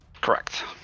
correct